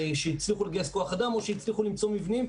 שהצליחו לגייס כוח אדם או שהצליחו למצוא מבנים,